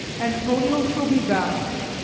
antonio shall be bound.